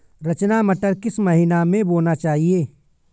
रचना मटर किस महीना में बोना चाहिए?